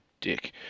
dick